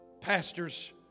pastors